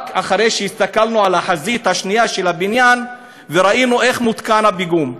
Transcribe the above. רק אחרי שהסתכלנו על החזית השנייה של הבניין וראינו איך מותקן הפיגום.